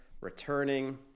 returning